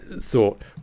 thought